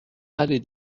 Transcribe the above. allée